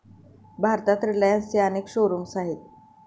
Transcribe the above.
भारतात रिलायन्सचे अनेक शोरूम्स आहेत